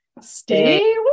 stay